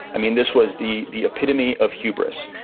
i mean, this was the the epitome of hubris.